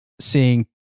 seeing